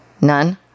None